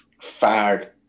fired